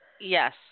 Yes